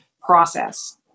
process